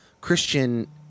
Christian